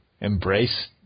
embrace